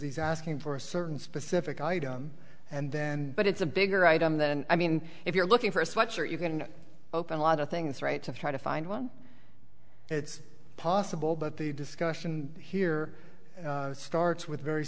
he's asking for a certain specific item and then but it's a bigger item then i mean if you're looking for a sweatshirt you can open a lot of things right to try to find one it's possible but the discussion here starts with very